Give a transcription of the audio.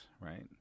right